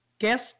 guest